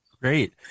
Great